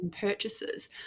purchases